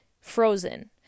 frozen